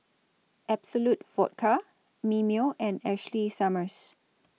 Absolut Vodka Mimeo and Ashley Summers